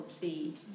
see